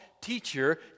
teacher